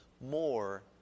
more